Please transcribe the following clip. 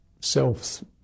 self